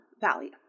value